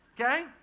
Okay